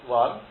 one